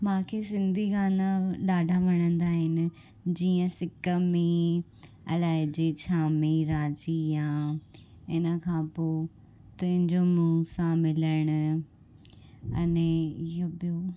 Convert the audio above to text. मांखे सिंधी गाना ॾाढा वणंदा आहिनि जीअं सिक में अलाए जे छा में ई राजी आ इन खां पोइ तुंहिंजो मूंसां मिलणु अने